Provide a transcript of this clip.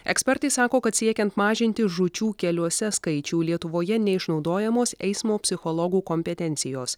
ekspertai sako kad siekiant mažinti žūčių keliuose skaičių lietuvoje neišnaudojamos eismo psichologų kompetencijos